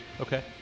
okay